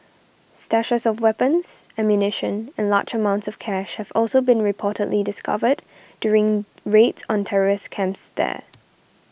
stashes of weapons ammunition and large amounts of cash have also been reportedly discovered during raids on terrorist camps there